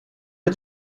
did